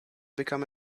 become